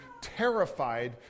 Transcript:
terrified